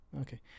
Okay